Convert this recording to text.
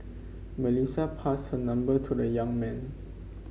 Melissa passed her number to the young man